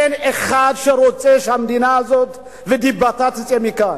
אין אחד שרוצה שהמדינה הזאת, דיבתה תצא מכאן.